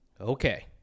Okay